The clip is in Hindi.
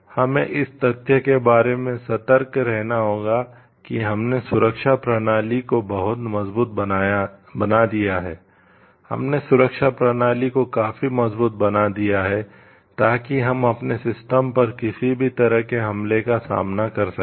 हमें इस तथ्य के बारे में सतर्क रहना होगा कि हमने सुरक्षा प्रणाली को बहुत मजबूत बना दिया है हमने सुरक्षा प्रणाली को काफी मजबूत बना दिया है ताकि हम अपने सिस्टम पर किसी भी तरह के हमले का सामना कर सकें